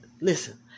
listen